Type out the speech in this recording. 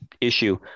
issue